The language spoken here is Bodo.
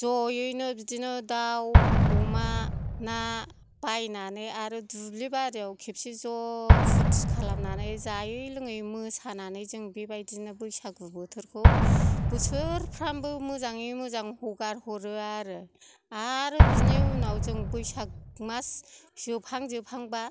ज'यैनो बिदिनो दाव अमा ना बायनानै आरो दुब्लिबारियाव खेबसे ज' फुरथि खालामनानै जायै लोङै मोसानानै जों बेबादिनो बैसागु बोथोरखौ बोसोरफ्रामबो मोजाङै मोजां हगारहरो आरो आरो बिनि उनाव जों बैसाग मास जोबहां जोबहांबा